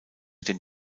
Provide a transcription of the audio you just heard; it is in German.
den